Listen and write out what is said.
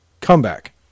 comeback